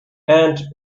and